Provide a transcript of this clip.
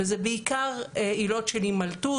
ז וזה בעיקר עילות של הימלטות,